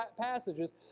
passages